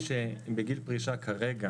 מי שבגיל פרישה כרגע,